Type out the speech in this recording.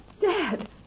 Dad